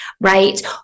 right